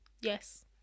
Yes